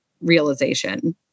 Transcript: realization